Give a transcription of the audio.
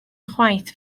chwaith